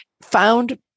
found